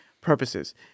purposes